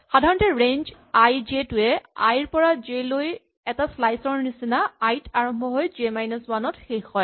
সাধাৰণতে range I J টোৱে I ৰ পৰা জে লৈ এটা স্লাইচ ৰ নিচিনাকৈ আই ত আৰম্ভ হৈ জে মাইনাচ ৱান ত শেষ হয়